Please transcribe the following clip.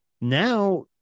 Now